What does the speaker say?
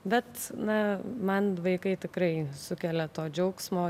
bet na man vaikai tikrai sukelia to džiaugsmo